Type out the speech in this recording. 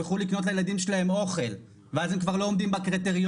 יוכלו לקנות לילדים שלהם אוכל ואז הם כבר לא עומדים בקריטריונים